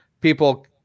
people